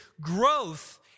growth